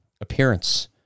appearance